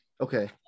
Okay